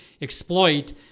exploit